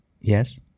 yes